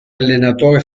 allenatore